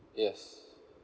yes